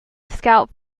scout